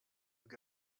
were